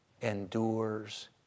endures